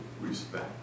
respect